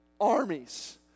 armies